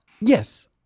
Yes